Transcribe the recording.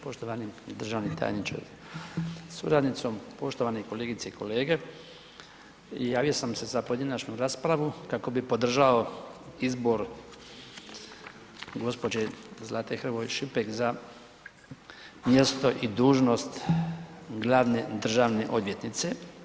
Poštovani državni tajniče sa suradnicom, poštovane kolegice i kolege, javio sam se za pojedinačnu raspravu kako bi podržao izbor gospođe Zlate Hrvoje Šipek za mjesto i dužnost glavne državne odvjetnice.